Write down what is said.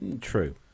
True